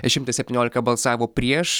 šimtas septyniolika balsavo prieš